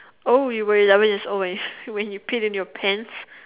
oh you were eleven years old when you when you pee in your pants